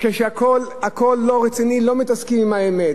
כשהכול לא רציני, לא מתעסקים עם האמת,